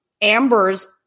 Amber's